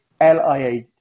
LIA